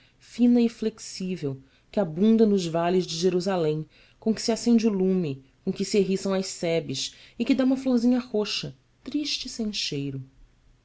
fina e flexível que abunda nos vales de jerusalém com que se acende o lume com que se eriçam as sebes e que dá uma florzinha roxa triste e sem cheiro